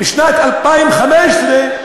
בשנת 2015,